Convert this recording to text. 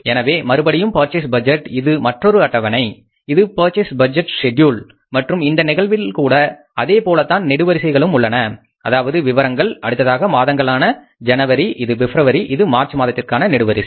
எனவே மறுபடியும் purchase budget இது மற்றொரு அட்டவணை இது பர்ச்சேஸ் பட்ஜெட் ஷெட்யூல் மற்றும் இந்த நிகழ்வில் கூட அதேபோலத்தான் நெடு வரிசைகளும் உள்ளன அதாவது விவரங்கள் அடுத்ததாக மாதங்களான ஜனவரி இது பிப்ரவரி இது மார்ச் மாதத்திற்கான நெடுவரிசை